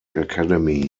academy